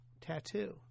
tattoo